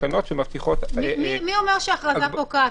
מי אומר שההכרזה פוקעת?